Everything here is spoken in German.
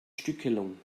stückelung